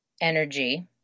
energy